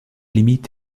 limite